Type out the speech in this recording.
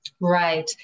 Right